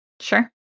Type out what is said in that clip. Sure